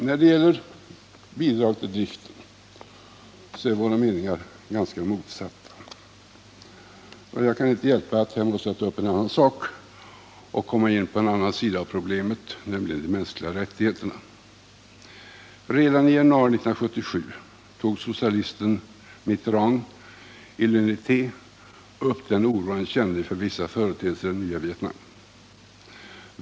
När det gäller bidrag till driften har vi ganska motsatta meningar. Jag kan inte hjälpa att jag här måste ta upp en annan sida av problemet, nämligen de mänskliga rättigheterna. Redan i januari 1977 tog socialisten Frangois Mitterrand i I Humanité upp den oro han kände inför vissa företeelser i det nya Vietnam.